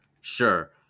Sure